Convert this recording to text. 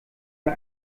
mir